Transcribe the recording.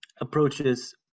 approaches